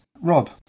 Rob